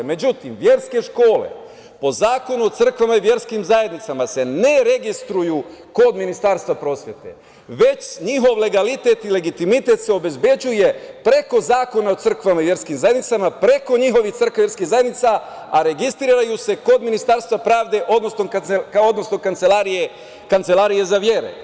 Međutim, verske škole, po Zakonu o crkvama i verskim zajednicama, se ne registruju kod Ministarstva prosvete, već njihov legalitet i legitimitet se obezbeđuje preko Zakona o crkvama i verskim zajednicama, preko njihovih crkava i verskih zajednica, a registruju se kod Ministarstva pravde odnosno Kancelarije za vere.